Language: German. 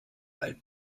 alt